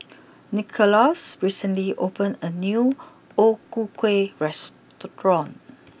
Nicholaus recently opened a new O Ku Kueh restaurant